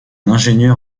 ingénieur